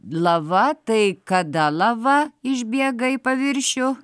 lava tai kada lava išbėga į paviršių